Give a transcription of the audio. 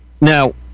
Now